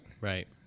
Right